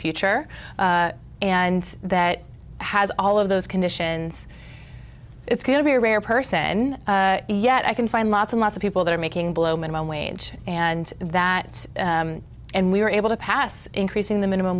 future and that has all of those conditions it's going to be a rare person yet i can find lots and lots of people that are making below minimum wage and that and we were able to pass increasing the minimum